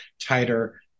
tighter